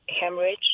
hemorrhage